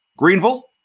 Greenville